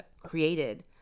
created